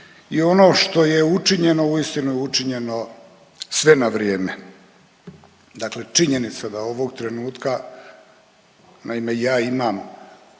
i ono što je učinjeno uistinu je učinjeno sve na vrijeme. Dakle, činjenica da ovog trenutka naime ja imam